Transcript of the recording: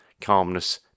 Calmness